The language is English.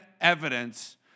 evidence